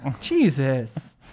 Jesus